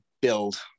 build